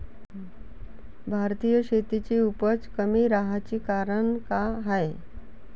भारतीय शेतीची उपज कमी राहाची कारन का हाय?